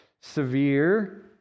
severe